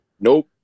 Nope